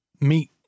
meet